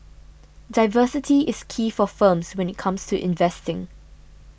diversity is key for firms when it comes to investing